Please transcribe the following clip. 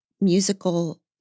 musical